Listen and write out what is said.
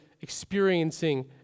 experiencing